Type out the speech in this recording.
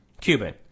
Cuban